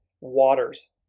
Waters